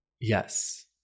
Yes